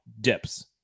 dips